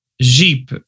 Jeep